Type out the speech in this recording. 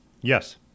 Yes